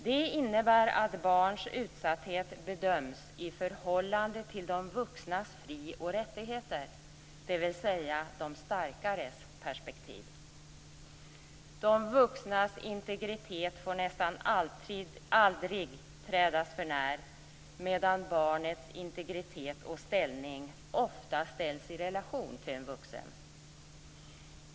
Det innebär att barns utsatthet bedöms i förhållande till de vuxnas fri och rättigheter, dvs. utifrån de starkares perspektiv. De vuxnas integritet får nästan aldrig trädas för när medan barnets integritet och ställning ofta ställs i relation till en vuxen.